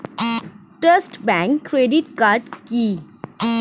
Trust bank credit card কি?